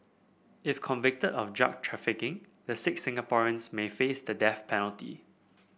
if convicted of drug trafficking the six Singaporeans may face the death penalty